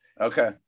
Okay